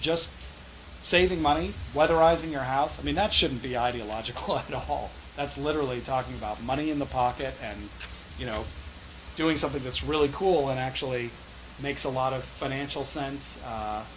just saving money whether i was in your house i mean that shouldn't be ideological at the hall that's literally talking about money in the pocket and you know doing something that's really cool and actually makes a lot of financial sense